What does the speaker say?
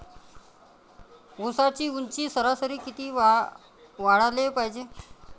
ऊसाची ऊंची सरासरी किती वाढाले पायजे?